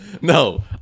no